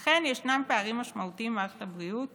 אכן, ישנם פערים משמעותיים במערכת הבריאות